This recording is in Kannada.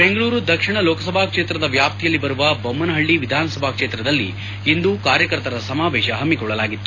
ದೆಂಗಳೂರು ದಕ್ಷಿಣ ಲೋಕಸಭಾ ಕ್ಷೇತ್ರದ ವ್ಯಾಪ್ತಿಯಲ್ಲಿ ಬರುವ ಬೊಮ್ಮನಹಳ್ಳ ವಿಧಾನಸಭಾ ಕ್ಷೇತ್ರದಲ್ಲಿ ಇಂದು ಕಾರ್ಯಕರ್ತರ ಸಮಾವೇಶ ಸಮ್ಮಿಕೊಳ್ಳಲಾಗಿತ್ತು